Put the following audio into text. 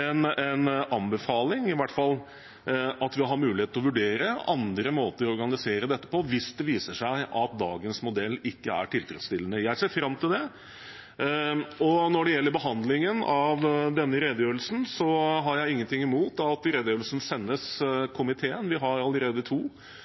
en anbefaling, eller at vi i hvert fall har mulighet til å vurdere andre måter å organisere dette på hvis det viser seg at dagens modell ikke er tilfredsstillende. Jeg ser fram til det. Når det gjelder behandlingen av denne redegjørelsen, har jeg ingenting imot at redegjørelsen sendes komiteen. Vi har allerede to